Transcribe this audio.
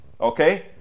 Okay